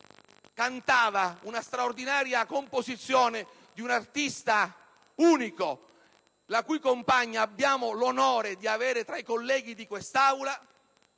cantava una straordinaria composizione di un artista unico, la cui compagna abbiamo l'onore di avere tra i colleghi di quest'Aula